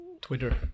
Twitter